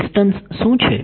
તો ડિસ્ટન્સ શું છે